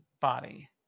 body